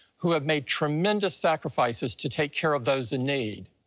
who have made tremendous sacrifices to take care of those in need.